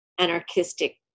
anarchistic